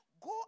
Go